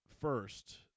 first